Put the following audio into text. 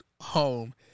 home